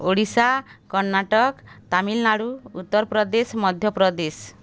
Odisha Karnataka Tamil Nadu Uttar Pradesh Madhya Pradesh